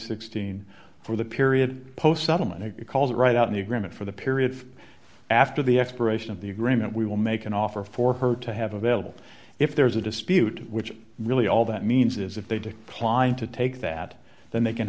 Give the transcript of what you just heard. sixteen for the period post settlement because right out of the agreement for the period after the expiration of the agreement we will make an offer for her to have available if there is a dispute which really all that means is if they declined to take that then they can